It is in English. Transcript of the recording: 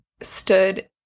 stood